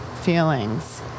feelings